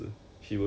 err